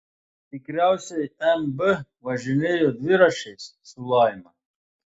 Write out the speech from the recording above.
tikriausiai mb važinėjo dviračiais su laima